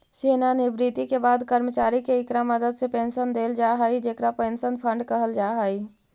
सेवानिवृत्ति के बाद कर्मचारि के इकरा मदद से पेंशन देल जा हई जेकरा पेंशन फंड कहल जा हई